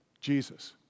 Jesus